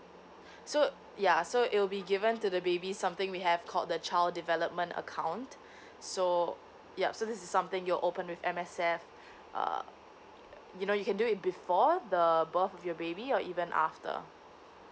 so ya so it will be given to the baby something we have called the child development account so yup so this is something you open with M_S_F uh you know you can do it before the birth of your baby or even after